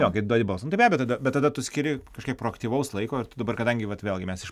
jo kai duodi balsą nu tai beabejo tada bet tada tu skiri kažkiek proaktyvaus laiko ir tu dabar kadangi vat vėlgi mes iš